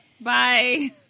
Bye